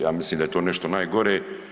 Ja mislim da je to nešto najgore.